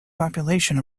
population